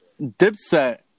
Dipset